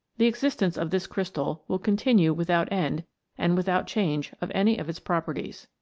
the existence of this crystal will continue without end and without change of any of its properties.